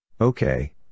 Okay